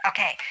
Okay